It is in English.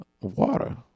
water